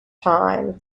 time